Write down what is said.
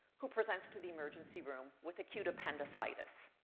who presents to the emergency room with acute appendicitis.